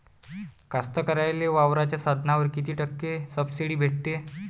कास्तकाराइले वावराच्या साधनावर कीती टक्के सब्सिडी भेटते?